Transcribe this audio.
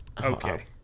Okay